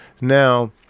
Now